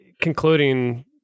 concluding